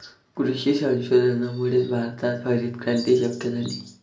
कृषी संशोधनामुळेच भारतात हरितक्रांती शक्य झाली